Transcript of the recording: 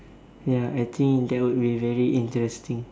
ya I think that will be very interesting